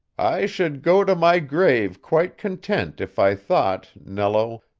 i should go to my grave quite content if i thought, nello,